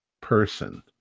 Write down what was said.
person